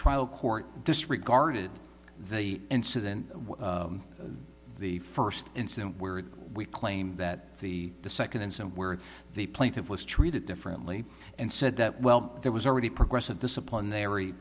trial court disregarded the incident the first incident where we claim that the second incident where the plaintiff was treated differently and said that well there was already progressive disciplinary